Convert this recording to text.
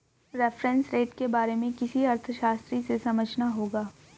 reference rate के बारे में किसी अर्थशास्त्री से समझना होगा